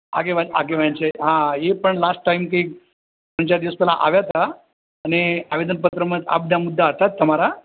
આગેવાન આગેવાન છે હા એ પણ લાસ્ટ ટાઈમ કંઇક ત્રણ ચાર દિવસ પહેલાં આવ્યા હતા અને આવેદનપત્રમાં આ બધા મુદ્દા હતા જ તમારા